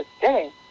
today